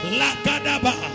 lakadaba